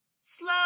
Slow